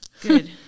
Good